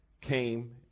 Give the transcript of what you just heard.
came